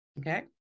Okay